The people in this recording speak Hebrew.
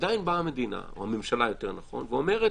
עדיין באה המדינה, או הממשלה יותר נכון, ואומרת: